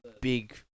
big